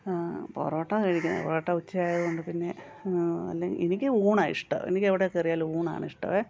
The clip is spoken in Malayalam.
പൊറോട്ട കഴിക്കാൻ പൊറോട്ട ഉച്ചയായ കൊണ്ട് പിന്നെ അല്ലേ എനിക്ക് ഊണാണ് ഇഷ്ടം എനിക്കെവിടെ കയറിയാലും ഊണാണ് ഇഷ്ടവേ